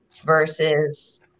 versus